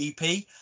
EP